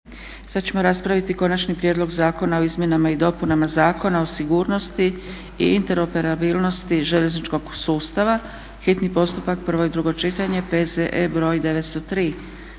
Sad ćemo raspraviti - Konačni prijedlog zakona o izmjenama i dopunama Zakona o sigurnosti i interoperabilnosti željezničkog sustava, hitni postupak, prvo i drugo čitanje, P.Z.E. br. 903.